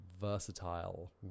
versatile